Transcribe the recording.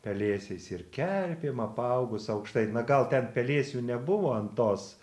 pelėsiais ir kerpėm apaugus aukštai na gal ten pelėsių nebuvo an tos